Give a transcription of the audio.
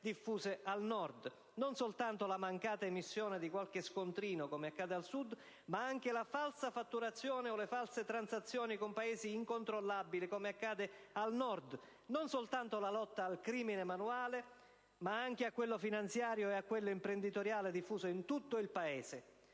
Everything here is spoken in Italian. diffuse al Nord; non soltanto la mancata emissione di qualche scontrino, come accade al Sud, ma anche la falsa fatturazione o le false transazioni con Paesi incontrollabili, come accade al Nord; non soltanto la lotta al crimine manuale, ma anche a quello finanziario e a quello imprenditoriale, diffuso in tutto il Paese.